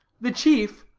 the chief,